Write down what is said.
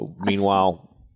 Meanwhile